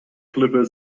clipper